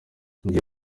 ngiye